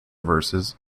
verses